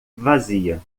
vazia